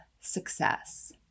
success